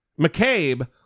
McCabe